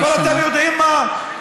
אבל אתם יודעים מה?